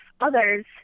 others